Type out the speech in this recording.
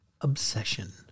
Obsession